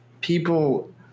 People